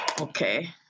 Okay